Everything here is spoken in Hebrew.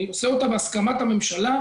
אני מציע אותה בהסכמת הממשלה.